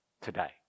Today